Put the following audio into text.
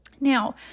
Now